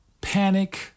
panic